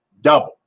double